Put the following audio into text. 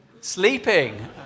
Sleeping